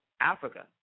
Africa